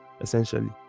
essentially